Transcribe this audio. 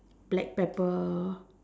black pepper